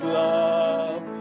love